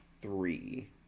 three